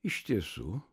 iš tiesų